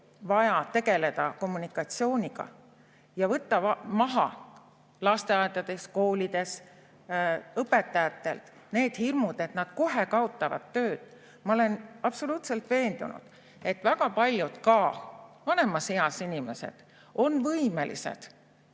vaja tegeleda kommunikatsiooniga ja võtta maha lasteaedades-koolides õpetajatelt need hirmud, et nad kohe kaotavad töö. Ma olen absoluutselt veendunud, et väga paljud ka vanemas eas inimesed on võimelised